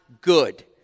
good